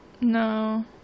No